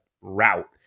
route